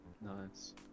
Nice